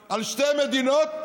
על שתי מדינות,